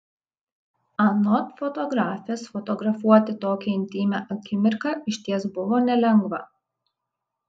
anot fotografės fotografuoti tokią intymią akimirką išties buvo nelengva